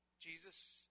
Jesus